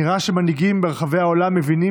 נראה שמנהיגים ברחבי העולם מבינים